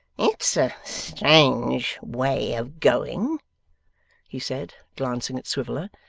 it's a strange way of going he said, glancing at swiveller,